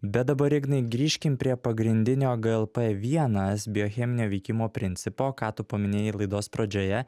bet dabar ignai grįžkim prie pagrindinio glp vienas biocheminio veikimo principo ką tu paminėjai laidos pradžioje